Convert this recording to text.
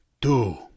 Two